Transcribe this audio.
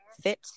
Fit